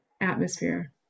atmosphere